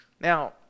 now